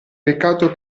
peccato